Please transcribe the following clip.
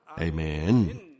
Amen